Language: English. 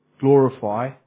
glorify